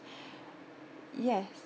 yes